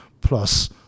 plus